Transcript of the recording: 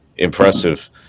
Impressive